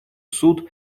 суд